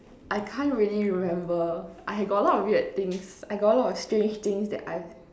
I can't really remember I got a lot of weird things I got a lot of strange things that I've